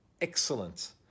excellent